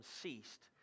ceased